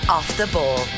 OffTheBall